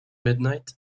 midnight